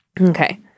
okay